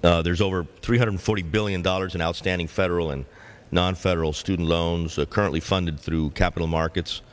there's over three hundred forty billion dollars in outstanding federal and nonfederal student loans are currently funded through capital markets